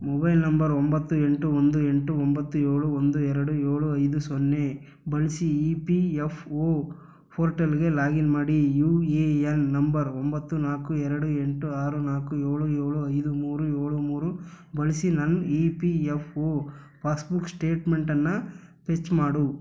mobile number ಒಂಬತ್ತು ಎಂಟು ಒಂದು ಎಂಟು ಒಂಬತ್ತು ಏಳು ಒಂದು ಎರಡು ಏಳು ಐದು ಸೊನ್ನೆ ಬಳಸಿ ಇ ಪಿ ಎಫ್ ಓ ಫೋರ್ಟಲ್ಗೆ ಲಾಗಿನ್ ಮಾಡಿ ಯುಎಎನ್ ನಂಬರ್ ಒಂಬತ್ತು ನಾಲ್ಕು ಎರಡು ಎಂಟು ಆರು ನಾಲ್ಕು ಏಳು ಏಳು ಐದು ಮೂರು ಏಳು ಮೂರು ಬಳಸಿ ನನ್ನ E P F O passbook ಸ್ಟೇಟ್ಮೆಂಟನ್ನು ಫೆಚ್ ಮಾಡು